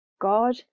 God